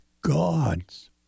god's